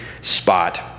spot